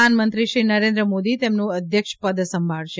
પ્રધાનમંત્રીશ્રી નરેન્દ્ર મોદી તેનું અધ્યક્ષપદ સંભાળશે